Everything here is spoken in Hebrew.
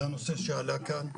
זה הנושא שעלה כאן,